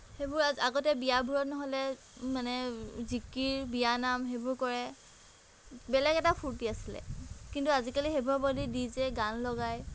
সেইবোৰ আগতে বিয়াবোৰত নহ'লে মানে জিকিৰ বিয়ানাম সেইবোৰ কৰে বেলেগ এটা ফূৰ্তি আছিল কিন্তু আজিকালি সেইবোৰৰ বদলি ডি জে গান লগায়